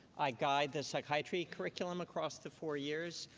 i guide the psychiatry curriculum across the four years.